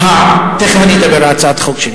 תיכף אני אדבר על הצעת החוק.